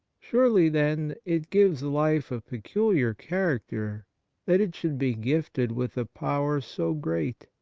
surely, then, it gives life a peculiar character that it should be gifted with a power so great,